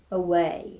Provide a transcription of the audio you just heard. away